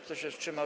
Kto się wstrzymał?